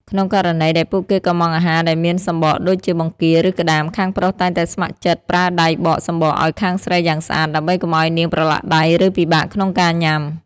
ក្នុងករណីដែលពួកគេកុម្ម៉ង់អាហារដែលមានសំបកដូចជាបង្គា ឬក្ដាម ខាងប្រុសតែងតែស្ម័គ្រចិត្តប្រើដៃបកសំបកឱ្យខាងស្រីយ៉ាងស្អាត ដើម្បីកុំឱ្យនាងប្រឡាក់ដៃ ឬពិបាកក្នុងការញ៉ាំ។